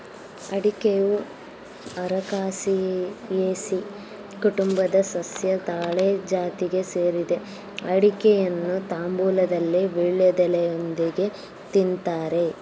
ಅಡಿಕೆಯು Arecaceae ಕುಟುಂಬದ ಸಸ್ಯ ತಾಳೆ ಜಾತಿಗೆ ಸೇರಿದೆ ಅಡಿಕೆಯನ್ನು ತಾಂಬೂಲದಲ್ಲಿ ವೀಳ್ಯದೆಲೆಯೊಂದಿಗೆ ತಿನ್ತಾರೆ